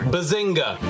Bazinga